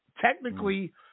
Technically